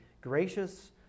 gracious